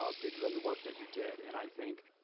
ah because of the work that you did. and i think,